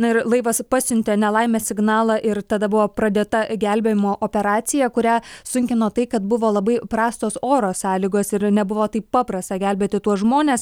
na ir laivas pasiuntė nelaimės signalą ir tada buvo pradėta gelbėjimo operacija kurią sunkino tai kad buvo labai prastos oro sąlygos ir nebuvo taip paprasta gelbėti tuos žmones